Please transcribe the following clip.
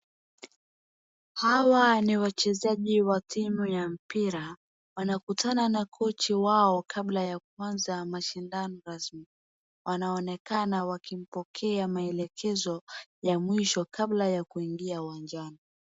Hawa ni wachezaji wa timu ya mpira, wanakutana na kochi wao kabla ya kuanza mashindano rasmi. Wanaonekana wakimpokea maelekezo ya mwisho kabla ya kuingia uwanjani.